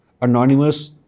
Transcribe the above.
anonymous